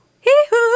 Hee-hoo